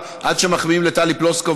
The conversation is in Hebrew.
עד שמחמיאים לטלי פלוסקוב,